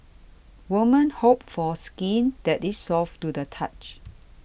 women hope for skin that is soft to the touch